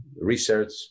research